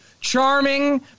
charming